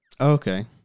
Okay